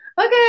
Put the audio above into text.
okay